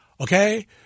Okay